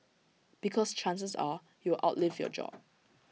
because chances are you will outlive your job